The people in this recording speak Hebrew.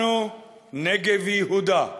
לנו נגב ויהודה,